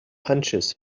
hunches